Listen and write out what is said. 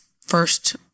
first